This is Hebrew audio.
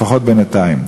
לפחות בינתיים,